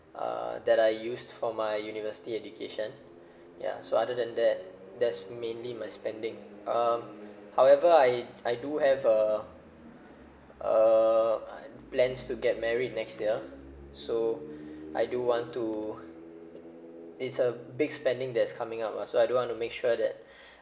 uh that I use for my university education ya so other than that that's mainly my spending um however I I do have a a plans to get married next year so I do want to it's a big spending that's coming up lah so I do want to make sure that